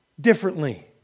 differently